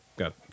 got